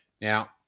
Now